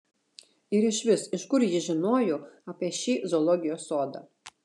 ir išvis iš kur ji žinojo apie šį zoologijos sodą